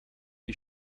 die